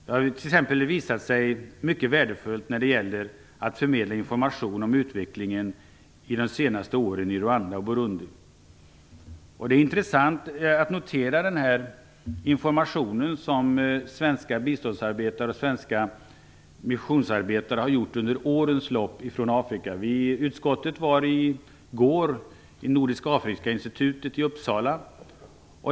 Detta har visat sig vara mycket värdefullt när det t.ex. har gällt att förmedla information om utvecklingen under de senaste åren i Rwanda och Burundi. Det är intressant att notera de informationsinsatser rörande Afrika som svenska biståndsarbetare och missionsarbetare har gjort under alla år. Vi i utskottet besökte i går Nordiska afrikainstitutet i Uppsala.